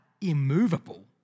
immovable